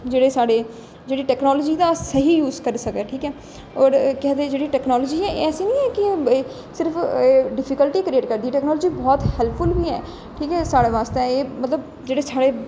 जेह्ड़े साढ़े जेह्ड़ी टैक्नोलाजी दा स्हेई यूज करी सकै ठीक ऐ होर केह् आखदे जेह्ड़ी टैक्नोलाजी ऐ एह् ऐसी नेईं के सिर्फ डिफीक्लटिस करियेट करदी ऐ टेक्नोलाजी बहुत हैल्पफुल बी ऐ ठीक ऐ सारे बास्तै एह् मतलब जेह्ड़े साढ़े